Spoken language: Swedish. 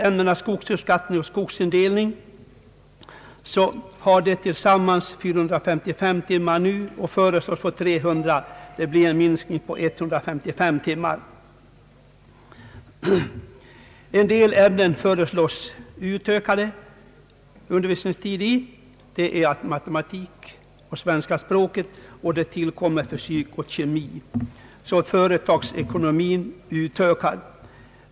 Ämnena skogsuppskattning och skogsindelning har nu tillsammans 455 timmar och föreslås få 300 timmar, vilket blir en minskning på 155 timmar. Det föreslås en utökad undervisning i en del ämnen, såsom matematik och svenska språket samt företagsekonomi, och ämnena fysik och kemi tillkommer.